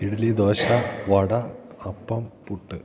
idli dosa vada appam puttu